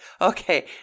Okay